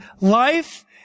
life